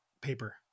paper